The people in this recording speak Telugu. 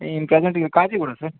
ఈం ప్రజెంట్ ఇగా కాార్ీ కూడాడా సార్